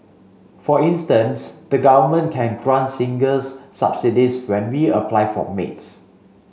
for instance the Government can grant singles subsidies when we apply for maids